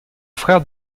frère